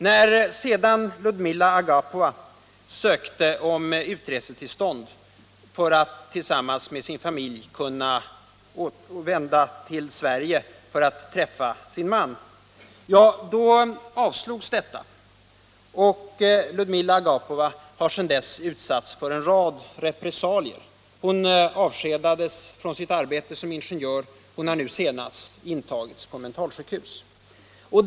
När sedan Ludmila Agapova sökte utresetillstånd för resten av familjen för att kunna fara till Sverige och träffa sin man avslogs denna ansökan. Ludmila Agapova har sedan dess utsatts för en rad repressalier. Hon avskedades från sitt arbete som ingenjör och har senast varit intagen på mentalsjukhus.